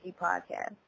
podcast